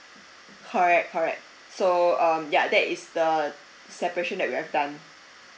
correct correct so um ya that is the separation that we have done